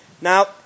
Now